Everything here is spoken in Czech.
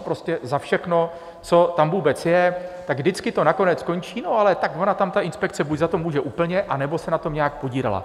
Prostě za všechno, co tam vůbec je, tak vždycky to nakonec skončí, no ale tak ona tam ta inspekce buď za to může úplně, anebo se na tom nějak podílela.